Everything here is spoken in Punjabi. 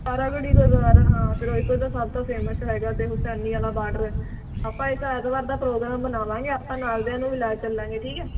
ਸਾਰਾਗੜੀ ਗੁਰਦੁਆਰਾ ਹਾਂ ਫਿਰੋਜ਼ਪੁਰ ਦਾ ਸਭ ਤੋਂ ਫੇਮਸ ਹੈਗਾ ਅਤੇ ਹੁਸੈਨੀ ਵਾਲਾ ਬਾਰਡਰ ਆਪਾਂ ਇਸ ਐਤਵਾਰ ਦਾ ਪ੍ਰੋਗਰਾਮ ਬਣਾਵਾਂਗੇ ਆਪਾਂ ਨਾਲ ਦਿਆਂ ਨੂੰ ਵੀ ਲੈ ਚੱਲਾਂਗੇ ਠੀਕ ਹੈ